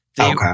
Okay